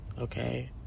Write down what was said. Okay